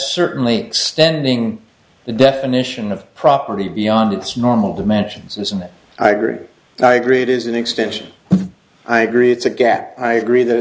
certainly extending the definition of property beyond its normal dimensions isn't that i agree and i agree it is an extension i agree it's a gap i agree th